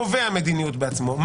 קובע מדיניות בעצמו,